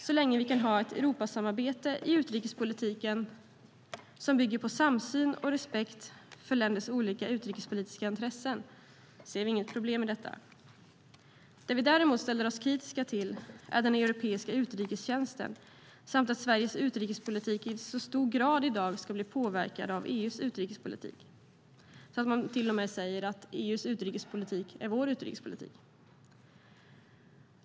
Så länge vi kan ha ett Europasamarbete i utrikespolitiken som bygger på samsyn och respekt för länders olika utrikespolitiska intressen ser vi inget problem med detta. Det vi däremot ställer oss kritiska till är Europeiska utrikestjänsten och att Sveriges utrikespolitik i så stor grad ska bli påverkad av EU:s utrikespolitik att man till och med säger att EU:s utrikespolitik är vår utrikespolitik.